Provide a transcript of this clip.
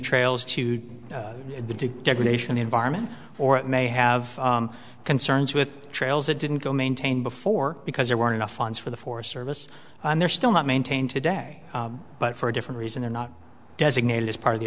trails to do degradation the environment or it may have concerns with trails that didn't go maintained before because there weren't enough funds for the forest service and they're still not maintained today but for a different reason they're not designated as part of the